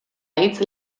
hitz